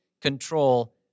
control